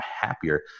happier